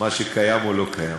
שקיים או לא קיים.